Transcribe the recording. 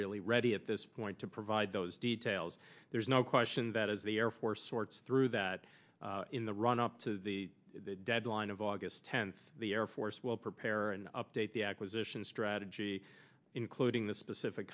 really ready at this point to provide those details there's no question that as the air force sorts through that in the run up to the deadline of august tenth the air force will prepare and update the acquisition strategy including the specific